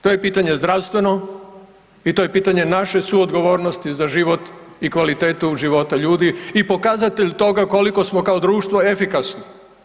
To je pitanje zdravstveno i to je pitanje naše suodgovornosti za život i kvalitetu života ljudi i pokazatelj toga koliko smo kao društvo efikasni.